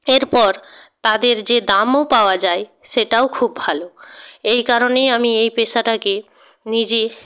এরপর তাদের যে দামও পাওয়া যায় সেটাও খুব ভালো এই কারণেই আমি এই পেশাটাকে নিজেই